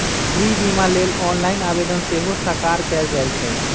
गृह बिमा लेल ऑनलाइन आवेदन सेहो सकार कएल जाइ छइ